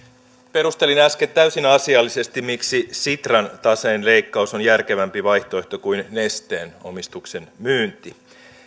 perustelin äsken täysin asiallisesti miksi sitran taseen leikkaus on järkevämpi vaihtoehto kuin nesteen omistuksen myynti